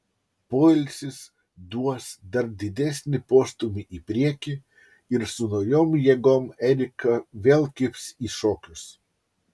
poilsis duos dar didesnį postūmį į priekį ir su naujom jėgom erika vėl kibs į šokius